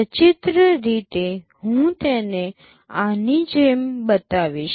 સચિત્ર રીતે હું તેને આની જેમ બતાવીશ